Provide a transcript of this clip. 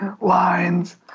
lines –